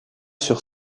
sur